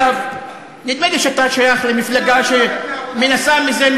נדמה לי שאתה שייך למפלגה שמנסה זה כמה